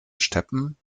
steppen